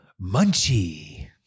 Munchie